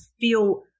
feel